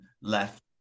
left